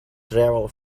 travel